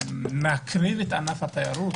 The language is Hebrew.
מעקרים את ענף התיירות.